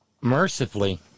Mercifully